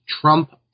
trump